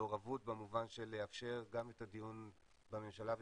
מעורבות במובן של לאפשר גם את הדיון בממשלה ובכנסת,